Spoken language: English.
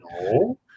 No